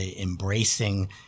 embracing